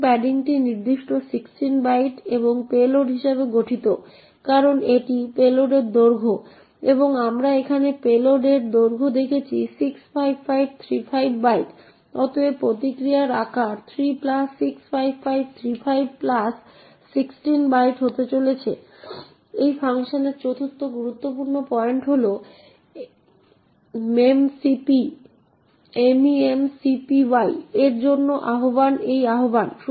যদি আমরা প্রিন্ট2a এই প্রোগ্রামটি চালাই তবে স্ট্যাক থেকে এই সমস্ত মধ্যবর্তী ডেটা প্রিন্ট না করেই আমরা ঠিক একই ফলাফল পাই